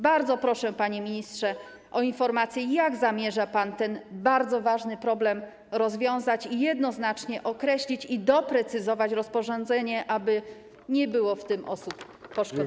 Bardzo proszę, panie ministrze, o informację, jak zamierza pan ten bardzo ważny problem rozwiązać i jednoznacznie określić i doprecyzować rozporządzenie, aby nie było osób poszkodowanych.